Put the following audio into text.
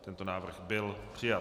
Tento návrh byl přijat.